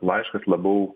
laiškas labiau